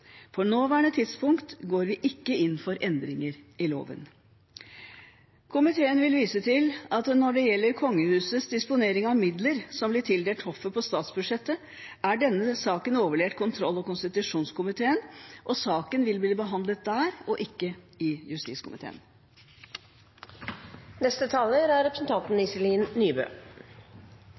nåværende tidspunkt går vi ikke inn for endringer i loven. Komiteen vil vise til at når det gjelder kongehusets disponeringer av midler som blir tildelt hoffet på statsbudsjettet, er denne saken overlevert kontroll- og konstitusjonskomiteen, og saken vil bli behandlet der og ikke i justiskomiteen. På vegne av Venstre må jeg si jeg er